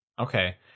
okay